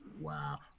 Wow